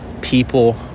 people